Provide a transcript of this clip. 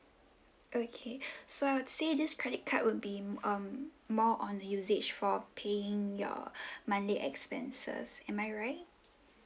okay so I would say this credit card would be um more on the usage for paying your monthly expenses am I right